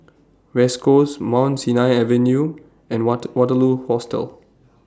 West Coast Mount Sinai Avenue and What Waterloo Hostel